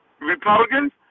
Republicans